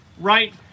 right